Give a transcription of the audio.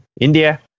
India